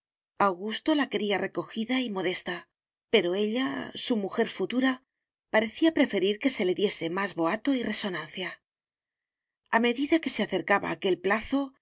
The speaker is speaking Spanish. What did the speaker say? augusto la quería recojida y modesta pero ella su mujer futura parecía preferir que se le diese más boato y resonancia a medida que se acercaba aquel plazo el